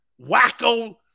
Wacko